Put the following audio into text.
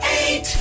eight